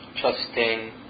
Trusting